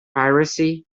piracy